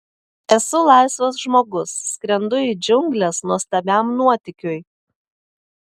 esu laisvas žmogus skrendu į džiungles nuostabiam nuotykiui